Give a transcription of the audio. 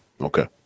Okay